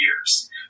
years